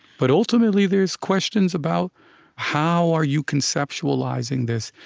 but ultimately, there's questions about how are you conceptualizing this